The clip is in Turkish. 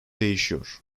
değişiyor